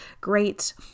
great